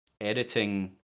editing